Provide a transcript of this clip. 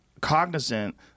cognizant